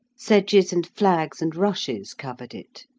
sedges and flags and rushes covered it.